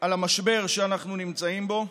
על המשבר שאנחנו נמצאים בו,